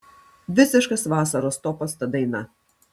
visiškas vasaros topas ta daina